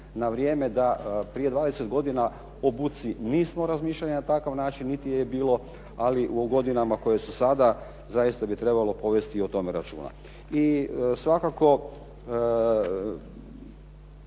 na vrijeme da prije 20 godina o buci nismo razmišljali na takav način, niti je je bilo, ali u godinama koje su sada zaista bi trebalo povesti o tome računa. I svakako